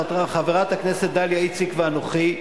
חברת הכנסת דליה איציק ואנוכי,